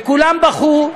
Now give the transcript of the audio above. כולם בכו,